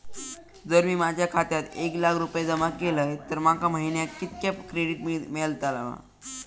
जर मी माझ्या खात्यात एक लाख रुपये जमा केलय तर माका महिन्याक कितक्या क्रेडिट मेलतला?